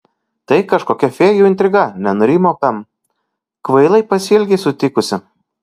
tai kažkokia fėjų intriga nenurimo pem kvailai pasielgei sutikusi